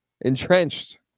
entrenched